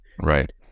right